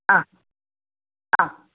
ആ ആ